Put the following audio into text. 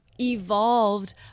evolved